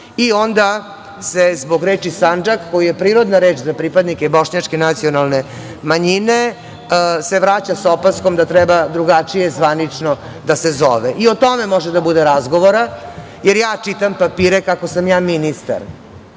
i onda se zbog reči „Sandžak“, koja je prirodna reč za pripadnike Bošnjačke nacionalne manjine, se vraća sa opaskom da treba drugačije zvanično da se zove. I o tome može da bude razgovora, jer ja čitam papire kako sam ja ministar,